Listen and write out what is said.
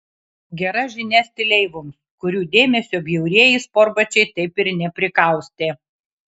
gera žinia stileivoms kurių dėmesio bjaurieji sportbačiai taip ir neprikaustė